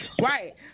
right